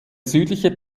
südliche